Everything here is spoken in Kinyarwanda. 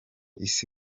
isi